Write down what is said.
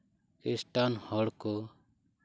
ᱠᱷᱤᱥᱴᱟᱱ ᱦᱚᱲ ᱠᱚ